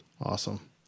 Awesome